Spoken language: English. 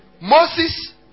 Moses